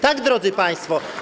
Tak, drodzy państwo.